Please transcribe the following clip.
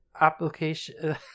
application